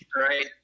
Right